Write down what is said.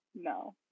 no